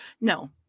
no